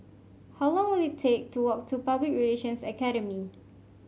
how long will it take to walk to Public Relations Academy